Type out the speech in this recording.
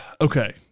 okay